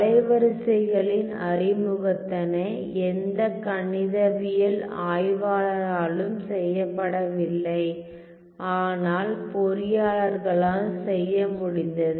அலைவரிசைகளின் அறிமுகத்தினை எந்த கணிதவியல் ஆய்வாளராலும் செய்யப்படவில்லை ஆனால் பொறியியலாளர்களால் செய்ய முடிந்தது